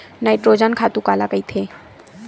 Nitrogen खातु काला कहिथे?